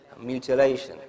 mutilation